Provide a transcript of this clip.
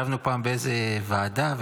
ישבנו פעם באיזה ועדה,